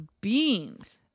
beans